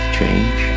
change